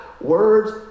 words